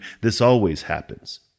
this-always-happens